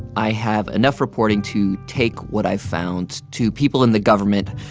i have enough reporting to take what i found to people in the government.